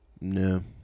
no